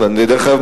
דרך אגב,